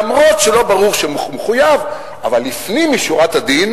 אף-על-פי שלא ברור שהוא מחויב אבל לפנים משורת הדין,